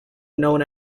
known